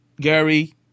Gary